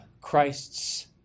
Christ's